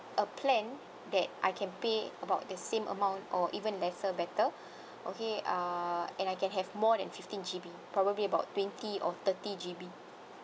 a plan that I can pay about the same amount or even lesser better okay uh and I can have more than fifteen G_B probably about twenty or thirty G_B